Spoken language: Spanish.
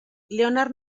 leonard